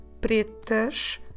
pretas